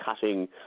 cutting